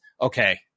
okay